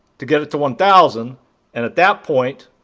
to get it to one thousand and at that point